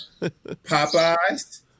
Popeyes